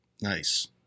Nice